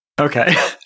Okay